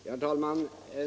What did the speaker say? Herr talman!